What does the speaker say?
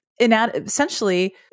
essentially